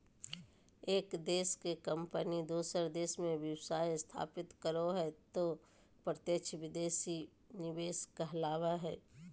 एक देश के कम्पनी दोसर देश मे व्यवसाय स्थापित करो हय तौ प्रत्यक्ष विदेशी निवेश कहलावय हय